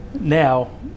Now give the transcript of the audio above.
now